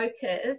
focus